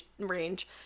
range